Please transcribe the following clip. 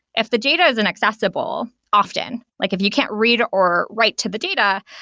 if the data isn't accessible, often, like if you can't read or write to the data.